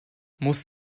muss